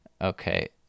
Okay